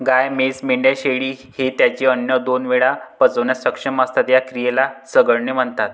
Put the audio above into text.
गाय, म्हैस, मेंढ्या, शेळी हे त्यांचे अन्न दोन वेळा पचवण्यास सक्षम असतात, या क्रियेला चघळणे म्हणतात